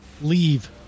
leave